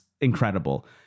incredible